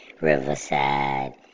Riverside